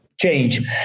change